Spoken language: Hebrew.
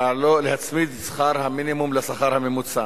להצמיד את שכר המינימום לשכר הממוצע.